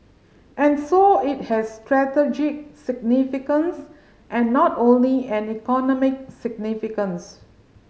and so it has strategic significance and not only an economic significance